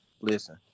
listen